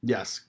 Yes